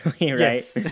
right